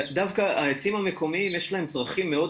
דווקא העצים המקומיים יש להם צרכים מאוד